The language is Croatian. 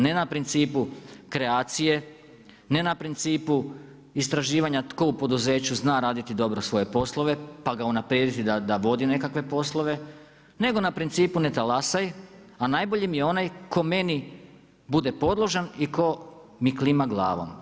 Ne na principu kreacije, ne na principu istraživanja tko u poduzeću zna raditi dobro svoje poslove pa ga unaprijediti da vodi nekakve poslove nego na principu ne talasaj, a najbolji mi je onaj tko meni bude podložan i tko mi klima glavom.